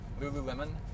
Lululemon